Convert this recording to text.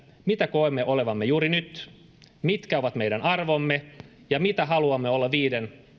mitä koemme olevamme juuri nyt mitkä ovat meidän arvomme ja mitä haluamme olla viiden